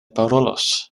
parolos